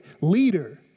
leader